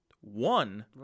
one